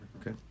Okay